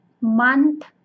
month